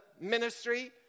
ministry